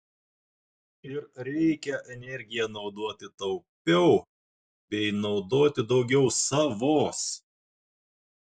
ir reikia energiją naudoti taupiau bei naudoti daugiau savos